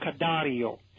Cadario